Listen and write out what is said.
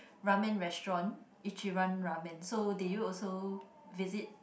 ramen restaurant Ichiran ramen so did you also visit